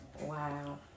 Wow